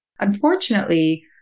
Unfortunately